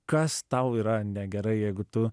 kas tau yra negerai jeigu tu